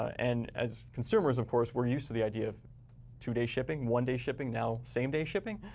and as consumers, of course, we're used to the idea of two-day shipping, one-day shipping, now same-day shipping.